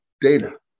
data